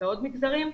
בעוד מגזרים,